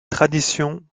traditions